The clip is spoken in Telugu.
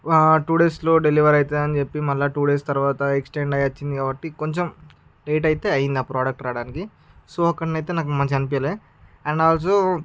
ఒక టూ డేస్లో డెలివరీ అవుతుంది అని చెప్పి మళ్ళీ టూ డేస్ తర్వాత ఎక్స్టెండ్ అయ్యి వచ్చింది కాబట్టి కొంచం లేట్ అయితే అయింది ఆ ప్రోడక్ట్ రావడానికి సో అక్కడ అయితే నాకు మంచిగా అనిపివ్వలేదు అండ్ ఆల్సో